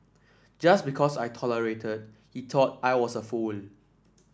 just because I tolerated he thought I was a fool